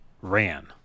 ran